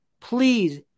Please